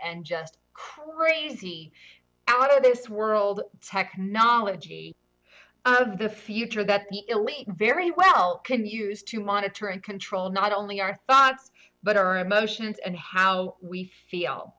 and just crazy out of this world technology of the future that the elite very well can use to monitor and control not only our thoughts but our emotions and how we feel